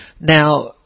Now